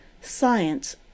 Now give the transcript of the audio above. Science